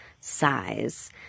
size